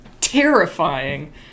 terrifying